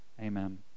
Amen